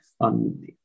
on